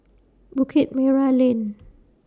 Bukit Merah Lane